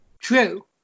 True